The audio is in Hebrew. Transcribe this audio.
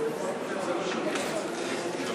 התשע"ד 2014, נתקבל.